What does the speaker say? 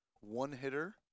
One-hitter